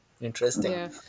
interesting